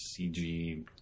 CG